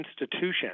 institution